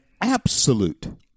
absolute